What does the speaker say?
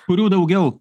kurių daugiau